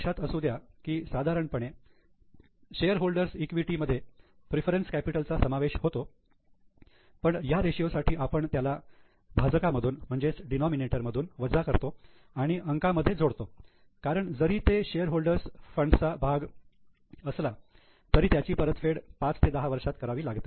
लक्षात असू द्या की साधारणपणे शेअरहोल्डर्स इक्विटी shareholder's equity मध्ये प्रेफरन्स कॅपिटल चा समावेश होतो पण ह्या रेशियो साठी आपण त्याला भाजका मधून वजा करतो आणि अंका मध्ये जोडतो कारण जरी ते शेअरहोल्डर्स फंडचा shareholders' fund चा भाग असला तरी त्याची परतफेड 5 ते 10 वर्षात करावी लागते